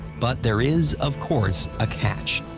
but there is, of course, a catch.